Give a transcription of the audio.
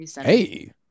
Hey